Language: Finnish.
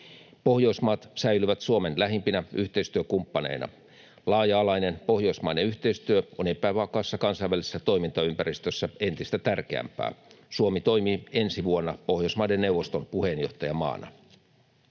Pohjoismaat säilyvät Suomen lähimpinä yhteistyökumppaneina. Laaja-alainen pohjoismainen yhteistyö on epävakaassa kansainvälisessä toimintaympäristössä entistä tärkeämpää. Suomi toimii ensi vuonna Pohjoismaiden neuvoston puheenjohtajamaana.